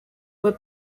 were